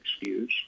excuse